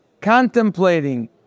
contemplating